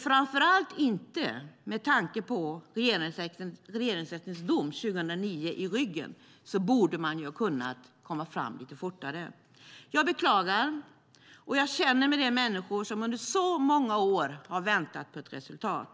Framför allt med tanke på att man har Regeringsrättens dom från 2009 i ryggen borde man ha kunnat komma fram lite fortare. Jag beklagar detta, och jag känner med de människor som under så många år har väntat på ett resultat.